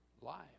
life